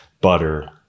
butter